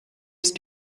ist